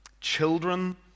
Children